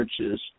churches